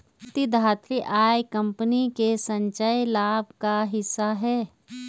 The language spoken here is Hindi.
प्रतिधारित आय कंपनी के संचयी लाभ का हिस्सा है